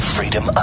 Freedom